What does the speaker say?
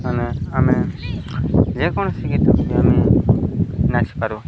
ମାନେ ଆମେ ଯେକୌଣସି ଗୀତକୁ ଆମେ ନାଚିପାରୁ